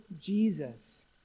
Jesus